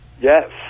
Yes